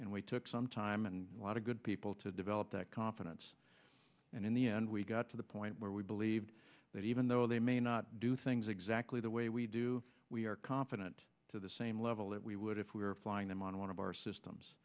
and we took some time and a lot of good people to develop that confidence and in the end we got to the point where we believe that even though they may not do things exactly the way we do we are confident to the same level that we would if we are flying them on one of our